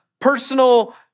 personal